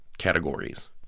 Categories